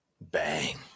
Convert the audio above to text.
Bang